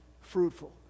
fruitful